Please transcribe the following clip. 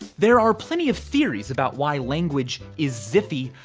there are plenty of theories about why language is zipf-y,